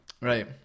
Right